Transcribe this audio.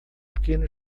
pequeno